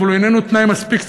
אבל הוא איננו תנאי מספיק,